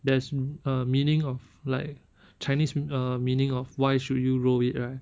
there's a meaning of like chinese err meaning of why should you roll it right